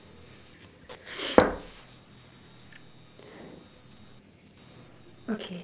okay